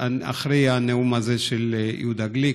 אחרי הנאום הזה של יהודה גליק,